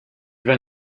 vas